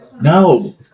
No